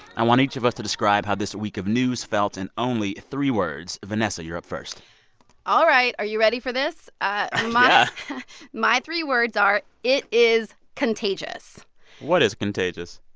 i want each of us to describe how this week of news felt in only three words. vanessa, you're up first all right. are you ready for this? yeah ah um ah my three words are it is contagious what is contagious?